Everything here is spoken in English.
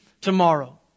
tomorrow